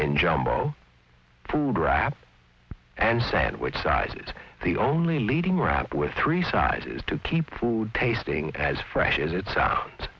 and jumbo full grab and sandwich size is the only leading wrap with three sizes to keep food tasting as fresh as it sounds